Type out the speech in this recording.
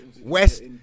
West